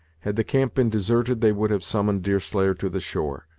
had the camp been deserted they would have summoned deerslayer to the shore,